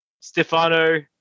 Stefano